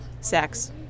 Sex